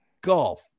golf